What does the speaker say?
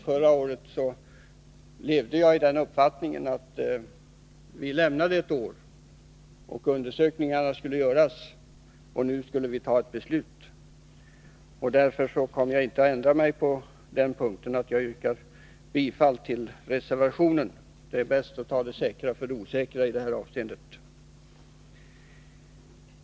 Förra året levde jag i den uppfattningen att vi lämnade ett år, under vilket undersökningar skulle göras, och i år skulle vi fatta beslut. Därför kommer jag inte att ändra mig på den punkten, utan jag kommer att stödja reservationen — det är bäst att ta det säkra för det osäkra i det här avseendet.